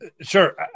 Sure